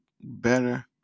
better